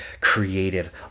creative